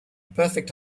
perfect